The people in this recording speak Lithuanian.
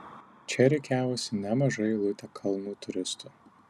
čia rikiavosi nemaža eilutė kalnų turistų